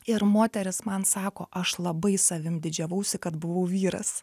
ir moteris man sako aš labai savim didžiavausi kad buvau vyras